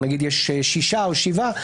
נגיד יש שישה או שבעה,